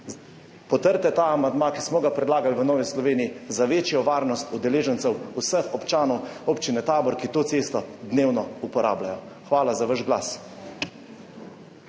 potrdite ta amandma, ki smo ga predlagali v Novi Sloveniji za večjo varnost udeležencev, vseh občanov občine Tabor, ki to cesto dnevno uporabljajo. Hvala za vaš glas.